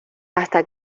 hasta